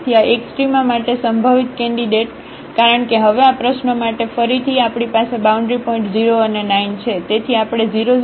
તેથી આ એક્સ્ટ્રામા માટે સંભવિત કેન્ડિડેટ કારણ કે હવે આ પ્રશ્નો માટે ફરીથી આપણી પાસે બાઉન્ડ્રી પોઇન્ટ 0 અને 9